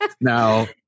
Now